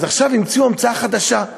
אז עכשיו המציאו המצאה חדשה.